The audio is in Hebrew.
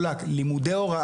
שכל פעם